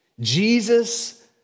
Jesus